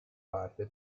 parte